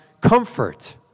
comfort